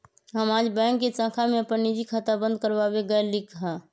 हम आज बैंक के शाखा में अपन निजी खाता बंद कर वावे गय लीक हल